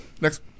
next